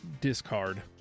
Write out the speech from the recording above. discard